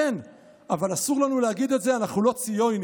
כן, אבל אסור לנו להגיד את זה, אנחנו לא ציונים.